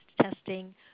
testing